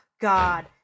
God